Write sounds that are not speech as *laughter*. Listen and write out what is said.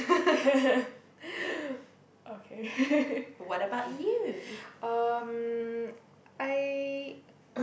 *laughs* okay *laughs* um I